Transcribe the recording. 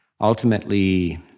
Ultimately